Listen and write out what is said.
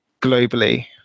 globally